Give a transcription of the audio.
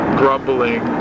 grumbling